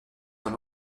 dans